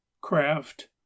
craft